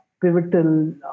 pivotal